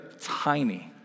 tiny